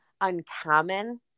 uncommon